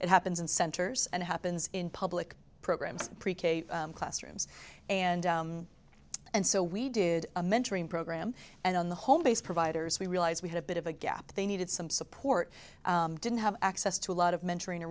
it happens in centers and happens in public programs pre k classrooms and and so we did a mentoring program and on the home based providers we realized we had a bit of a gap they needed some support didn't have access to a lot of mentoring